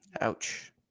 ouch